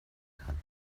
kann